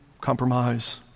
compromise